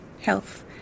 health